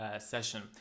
session